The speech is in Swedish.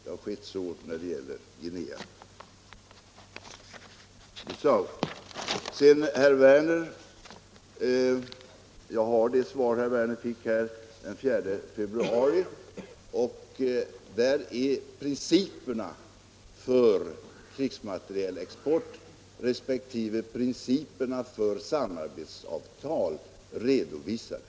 Till herr Werner vill jag säga att jag här har det svar herr Werner fick den 4 februari. Där är principerna för krigsmaterielexport resp. principerna för samarbetsavtal redovisade.